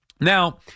Now